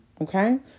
Okay